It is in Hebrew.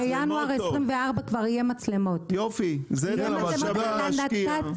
בינואר 2024 כבר יהיו מצלמות על הנת"צים.